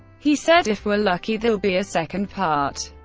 he said, if we're lucky, there'll be a second part.